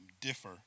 differ